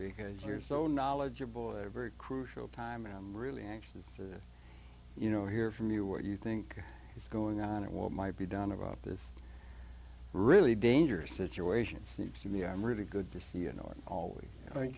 because you're so knowledgeable a very crucial time i'm really anxious to you know hear from you what you think is going on and what might be done about this really dangerous situation seems to me i'm really good to see you know i always